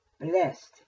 blessed